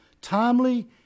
timely